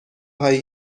هایی